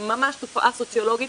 שם יש שיעור גבוה,